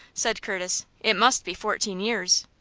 said curtis. it must be fourteen years.